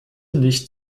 nicht